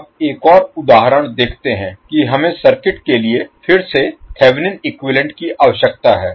अब एक और उदाहरण देखते हैं कि हमें सर्किट के लिए फिर से थेवेनिन इक्विवैलेन्ट की आवश्यकता है